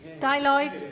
dai lloyd